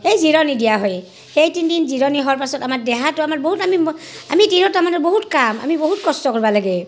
এই জিৰণি দিয়া হয় সেই তিনদিন জিৰণি হোৱাৰ পাছত আমাৰ দেহাটো আমাৰ বহুত আমি আমি তিৰোতা মানুহ বহুত কাম আমি বহুত কষ্ট কৰবা লাগে